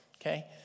Okay